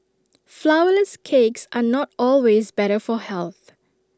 Flourless Cakes are not always better for health